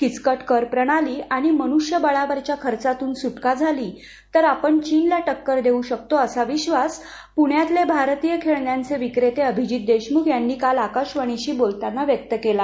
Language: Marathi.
किचकट करप्रणाली आणि मनुष्यबळावरच्या खर्चातुन सुटका झाली तर आपण चीनला टक्कर देऊ शकतो असा विश्वास पुण्यातले भारतीय खेळण्यांचे विक्रेते अभिजीत देशमुख यांनी आकाशवाणाशी बोलताना व्यक्त केला